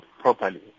properly